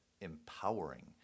empowering